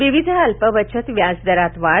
विविध अल्प बचत व्याज दरात वाढ